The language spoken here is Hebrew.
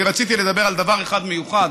אני רציתי לדבר על דבר אחד מיוחד